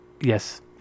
Yes